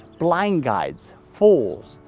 blind guides, fools,